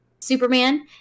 Superman